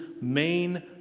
main